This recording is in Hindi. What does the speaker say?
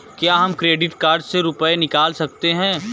क्या हम क्रेडिट कार्ड से रुपये निकाल सकते हैं?